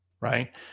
right